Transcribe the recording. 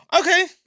okay